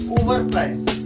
overpriced